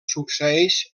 succeeix